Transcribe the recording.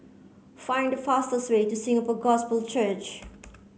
find the fastest way to Singapore Gospel Church